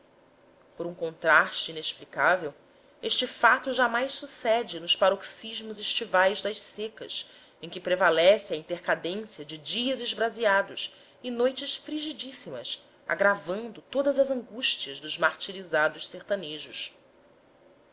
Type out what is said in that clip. por um contraste explicável este fato jamais sucede nos paroxismos estivais das secas em que prevalece a intercadência de dias esbraseados e noites frigidíssimas agravando todas as angústias dos martirizados sertanejos